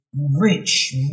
rich